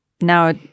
now